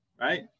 right